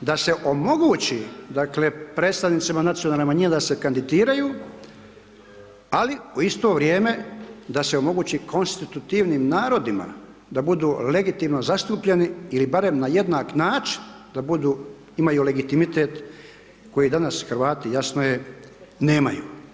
da se omogući dakle predstavnicima nacionalnih manjina da se kandidiraju ali u isto vrijeme da se omogući konstitutivnim narodima da budu legitimno zastupljeni ili barem na jednak način da budu, imaju legitimitet koji danas Hrvati, jasno je nemaju.